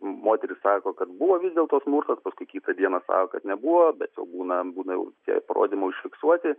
moteris sako kad buvo vis dėlto smurtas paskui kitą dieną sako kad nebuvo bet būna būna jau tie parodymai užfiksuoti